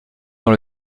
dans